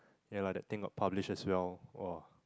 yeah lah that thing got published as well !wah!